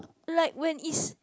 like when is